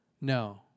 No